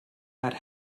had